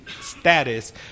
status